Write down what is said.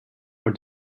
for